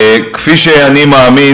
כפי שאני מאמין,